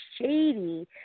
shady